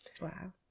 Wow